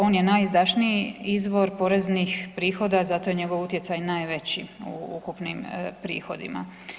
On je najizdašniji izvor poreznih prihoda, zato je njegov utjecaj najveći u ukupnim prihodima.